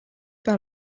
par